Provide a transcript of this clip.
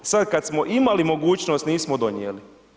Sad kad smo imali mogućnost nismo donijeli.